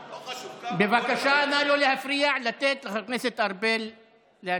בבקשה לא להפריע ולתת לחבר הכנסת ארבל להציג.